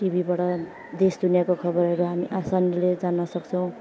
टिभीबाट देश दुनियाँको खबरहरू हामी आसनले जान्नसक्छौँ